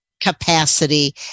capacity